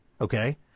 okay